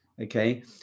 Okay